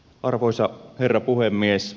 arvoisa herra puhemies